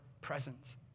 presence